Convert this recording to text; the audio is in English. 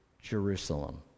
Jerusalem